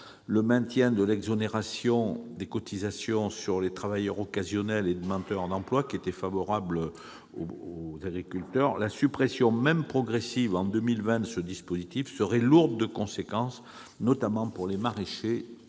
le maintien de l'exonération de cotisations sur les travailleurs occasionnels et les demandeurs d'emploi, qui était favorable aux agriculteurs. La suppression, même progressive, en 2020, de ce dispositif serait lourde de conséquences, notamment pour les maraîchers,